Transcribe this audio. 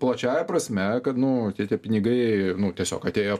plačiąja prasme kad nu tie tie pinigai nu tiesiog atėjo